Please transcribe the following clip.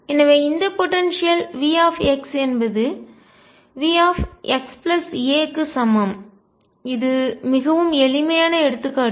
எனவே இந்த போடன்சியல் ஆற்றல் V என்பது V x a க்கு சமம் இது மிகவும் எளிமையான எடுத்துக்காட்டு